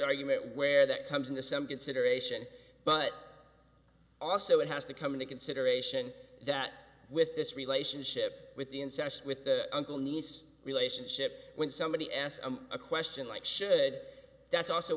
argument where that comes into some consideration but also it has to come into consideration that with this relationship with the incest with the uncle niece relationship when somebody asked a question like should that's also